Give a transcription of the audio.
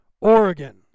Oregon